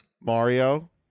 Mario